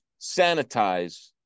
sanitize